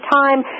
time